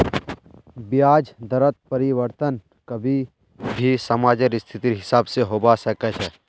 ब्याज दरत परिवर्तन कभी भी समाजेर स्थितिर हिसाब से होबा सके छे